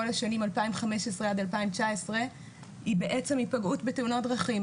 השנים 2015-2019 היא בעצם היפגעות בתאונות דרכים.